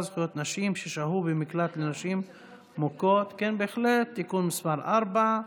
(זכויות נשים ששהו במקלט לנשים מוכות) (תיקון מס' 4),